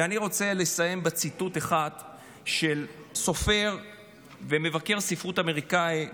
אני רוצה לסיים בציטוט אחד של סופר ומבקר ספרות אמריקני,